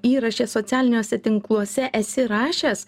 įraše socialiniuose tinkluose esi rašęs